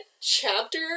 chapter